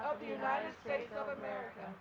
of the united states of america